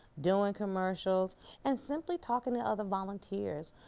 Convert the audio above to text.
doing commercials and simply talking to other volunteers.